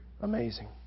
Amazing